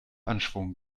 anschwung